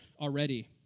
already